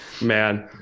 Man